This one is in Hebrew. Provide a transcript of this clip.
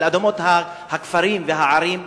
על אדמות הכפרים והערים הערביות.